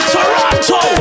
Toronto